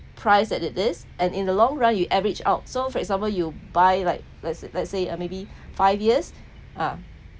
price at it is and in the long run you average out so for example you buy like let's say let's say uh maybe five years ah